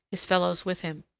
his fellows with him.